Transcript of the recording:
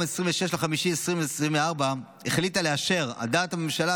26 במאי 2024 החליטה לאשר על דעת הממשלה,